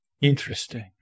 Interesting